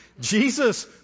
Jesus